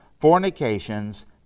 fornications